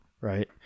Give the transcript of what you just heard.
Right